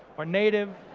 or native,